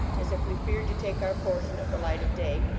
as if we feared to take our portion of the light of day,